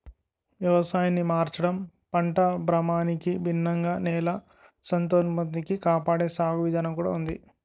వ్యవసాయాన్ని మార్చడం, పంట భ్రమణానికి భిన్నంగా నేల సంతానోత్పత్తి కాపాడే సాగు విధానం కూడా ఉంది